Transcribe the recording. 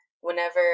whenever